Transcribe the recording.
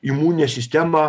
imuninę sistemą